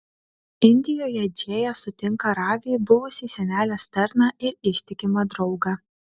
indijoje džėja sutinka ravį buvusį senelės tarną ir ištikimą draugą